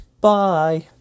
Bye